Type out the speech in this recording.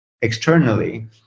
externally